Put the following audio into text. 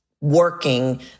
working